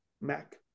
mac